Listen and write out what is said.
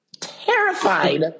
terrified